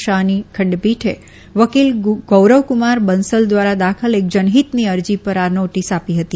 શાહની ખંડપીઠે વકીલ ગૌરવકુમાર બંસલ દ્વારા દાખલ એક જનહિતની અરજી પર આ નોટીસ આપી હતી